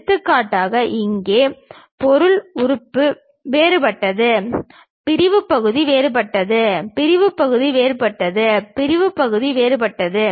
எடுத்துக்காட்டாக இங்கே பொருள் உறுப்பு வேறுபட்டது பிரிவு பகுதி வேறுபட்டது பிரிவு பகுதி வேறுபட்டது பிரிவு பகுதி வேறுபட்டது